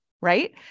right